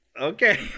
Okay